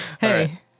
Hey